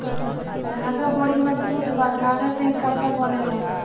धागा बड़ी मजबूत बा धागा से ही कपड़ा बनेला